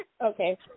Okay